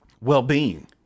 well-being